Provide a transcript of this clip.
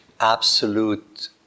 absolute